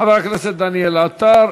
חבר הכנסת דניאל עטר,